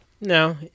No